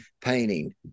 painting